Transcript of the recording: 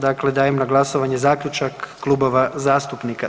Dakle dajem na glasovanje zaključak klubova zastupnika.